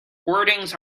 hoardings